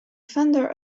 founder